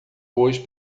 hoje